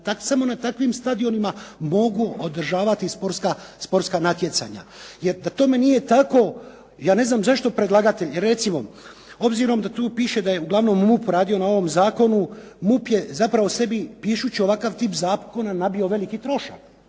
samo na takvim stadionima mogu održavati športska natjecanja. Jer da tome nije tako, ja ne znam zašto predlagatelj recimo, obzirom da tu piše da je uglavnom MUP radio na ovom zakonu, MUP je zapravo sebi pišući ovakav tip zakona nabio veliki trošak.